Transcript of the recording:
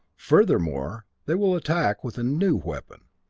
furthermore, they will attack with a new weapon.